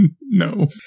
No